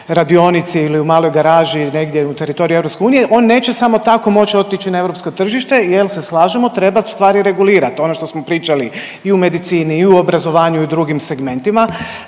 radionici ili u maloj garaži negdje u teritoriju EU, on neće samo tako moć otići na europsko tržište jel se slažemo treba stvari regulirat, ono što smo pričali i u medicini i u obrazovanju i u drugim segmentima.